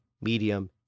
medium